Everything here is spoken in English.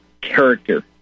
character